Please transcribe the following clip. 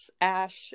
ash